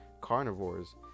carnivores